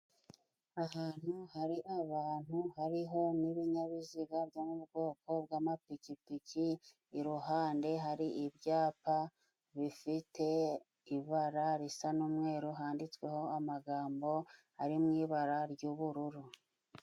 Ahantu hari abantu hariho n'ibinyabiziga byo mu bwoko bw'amapikipiki. Iruhande hari ibyapa bifite ibara risa n'umweru, handitsweho amagambo ari mu ibara ry'ubururu.